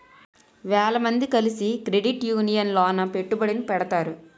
వేల మంది కలిసి క్రెడిట్ యూనియన్ లోన పెట్టుబడిని పెడతారు